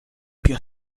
più